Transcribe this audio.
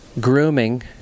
grooming